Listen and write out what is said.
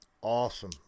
Awesome